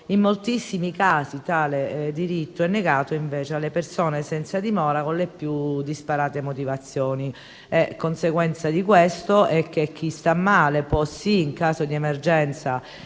in moltissimi casi tale diritto è negato invece alle persone senza dimora con le più disparate motivazioni. Conseguenza di questo è che chi sta male può sì, in caso di emergenza,